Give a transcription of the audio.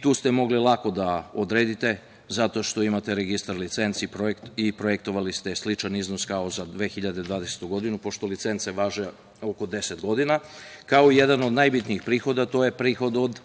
Tu ste mogli lako da odredite, zato što imate registar licenci i projektovali ste sličan iznos kao za 2020. godinu, pošto licence važe oko 10 godina. Jedan od najbitnijih prihoda je prihod od